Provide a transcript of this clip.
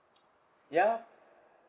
ya